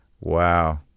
Wow